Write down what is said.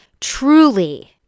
truly